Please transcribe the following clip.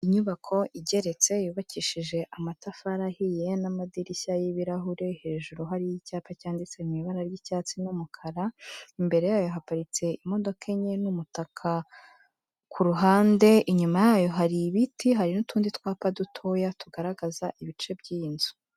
Inyubako igeretse yubakishije amatafari ahiye n'amadirishya y'ibirahure, hejuru hariho icyapa cyanditse mu ibara ry'icyatsi n'umukara, imbere yayo haparitse imodoka enye n'umutaka ku ruhande, inyuma yayo hari ibiti, hari n'utundi twapa dutoya tugaragaza ibice by'iyi nzu.